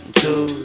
two